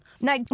Now